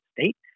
state